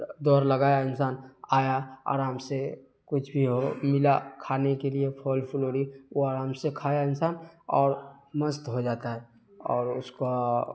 دوڑ لگایا انسان آیا آرام سے کچھ بھی ہو ملا کھانے کے لیے پھل فلوری وہ آرام سے کھایا انسان اور مست ہو جاتا ہے اور اس کا